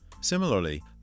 Similarly